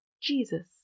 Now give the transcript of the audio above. Jesus